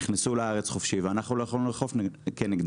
נכנסו לארץ חופשי ואנחנו לא יכולנו לאכוף נגדם.